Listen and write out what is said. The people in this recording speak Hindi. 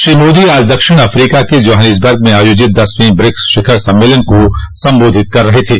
श्री मोदी आज दक्षिण अफ्रीका के जोहान्सबर्ग में आयोजित दसवें ब्रिक्स शिखर सम्मेलन को संबोधित कर रहे थे